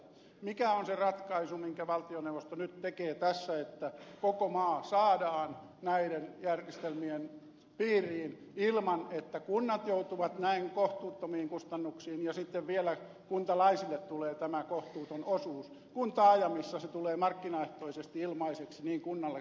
mikä on se ratkaisu minkä valtioneuvosto nyt tekee tässä että koko maa saadaan näiden järjestelmien piiriin ilman että kunnat joutuvat näin kohtuuttomiin kustannuksiin ja sitten vielä kuntalaisille tulee tämä kohtuuton osuus kun taajamissa se tulee markkinaehtoisesti ilmaiseksi niin kunnalle kuin käyttäjällekin